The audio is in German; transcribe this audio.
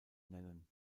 nennen